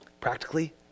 Practically